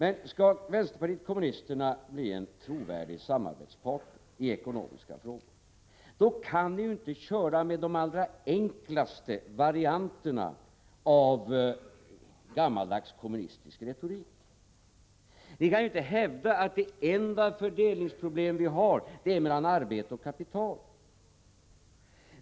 Om vänsterpartiet kommunisterna skall bli en trovärdig samarbetspartner i ekonomiska frågor, kan ni ju inte använda de allra enklaste varianterna av gammaldags kommunistisk retorik. Ni kan inte hävda att det enda fördelningsproblem som vi har är det som gäller fördelningen mellan arbete och kapital.